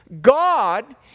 God